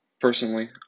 Personally